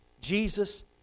Jesus